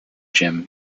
jim